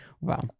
Wow